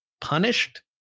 punished